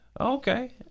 Okay